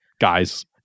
guys